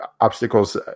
obstacles